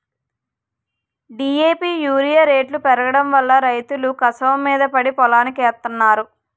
DAP urea రేట్లు పెరిగిపోడంవల్ల రైతులు కసవమీద పడి పొలానికెత్తన్నారు